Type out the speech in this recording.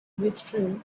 withdrew